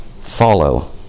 follow